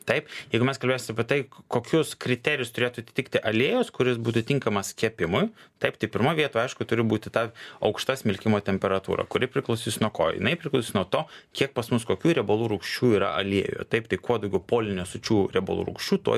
taip jeigu mes kalbėsim apie tai kokius kriterijus turėtų atitikti aliejus kuris būtų tinkamas kepimui taip tai pirmoj vietoj aišku turi būti ta aukšta smilkimo temperatūra kuri priklausys nuo ko jinai priklauso nuo to kiek pas mus kokių riebalų rūgščių yra aliejuje taip tai kuo daugiau polinesočių riebalų rūgščių tuo